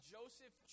Joseph